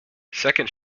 second